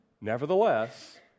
Nevertheless